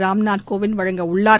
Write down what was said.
ராம்நாத் கோவிந்த் வழங்கவுள்ளார்